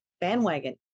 bandwagon